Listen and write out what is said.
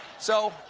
so,